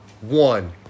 one